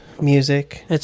music